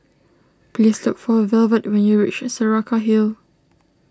please look for Velvet when you reach Saraca Hill